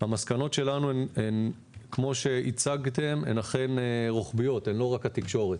הן כמו שהצגתם, הן אכן רוחביות, הן לא רק התקשורת.